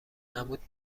عمود